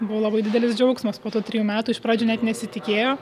buvo labai didelis džiaugsmas po to trijų metų iš pradžių net nesitikėjo